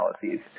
policies